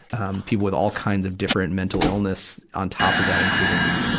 um, people with all kinds of different mental illness on top of that, including,